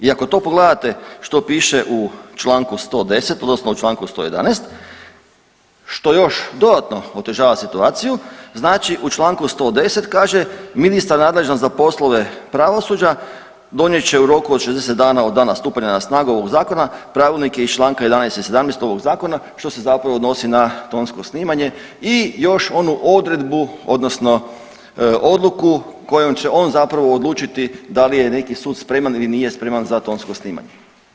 I ako to pogledate što piše u Članku 110. odnosno u Članku 111. što još dodatno otežava situaciju, znači u Članku 110. kaže ministar nadležan za poslove pravosuđa donijet će u roku od 60 dana od dana stupanja na snagu ovog zakona pravilnike iz Članka 11. i 17. ovog zakona što se zapravo odnosi na tonsko snimanje i još onu odredbu odnosno odluku kojom će on zapravo odlučiti da li je neki sud spreman ili nije spreman za tonsko snimanje.